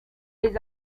les